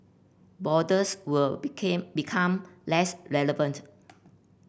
borders will became become less relevant